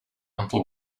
until